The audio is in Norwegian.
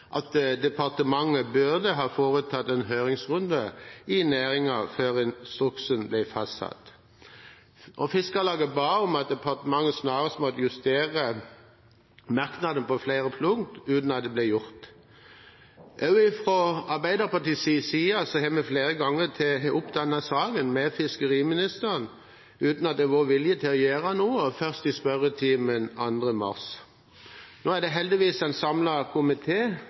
at departementet burde ha foretatt en høringsrunde i næringen før instruksen ble fastsatt. Fiskarlaget ba om at departementet snarest måtte justere merknaden på flere punkter, uten at det ble gjort. Også fra Arbeiderpartiets side har vi flere ganger tatt opp denne saken med fiskeriministeren uten at det har vært vilje til å gjøre noe, først i spørretimen 2. mars. Nå er det heldigvis en